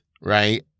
right